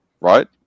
right